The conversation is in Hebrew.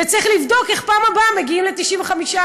וצריך לבדוק איך בפעם הבאה מגיעים ל-95%.